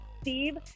Steve